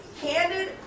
Candid